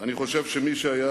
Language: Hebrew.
ואני חושב שמי שהיה